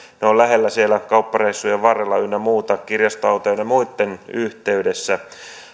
ne ovat lähellä siellä kauppareissujen varrella ynnä muuta kirjastoautojen ynnä muitten yhteydessä